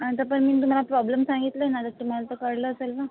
आता पण मी तुम्हाला प्रॉब्लेम सांगितलं आहे ना तर तुम्हाला तर कळलं असेल ना